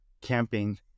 camping